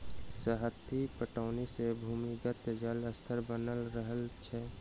सतही पटौनी सॅ भूमिगत जल स्तर बनल रहैत छै